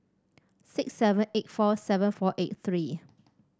six seven eight four seven four eight three